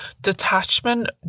Detachment